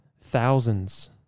thousands